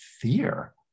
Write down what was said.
fear